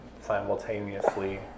simultaneously